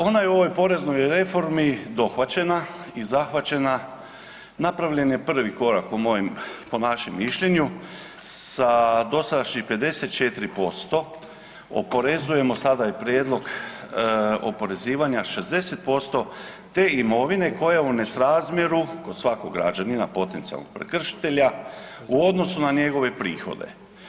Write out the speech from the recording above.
Ona je u ovoj poreznoj reformi dohvaćena i zahvaćena, napravljen je prvi korak po mojem, po našem mišljenju sa dosadašnjih 54% oporezujemo sada je prijedlog oporezivanja 60% te imovine koja je u nesrazmjeru kod svakog građanina potencijalnog prekršitelja u odnosu na njegove prihode.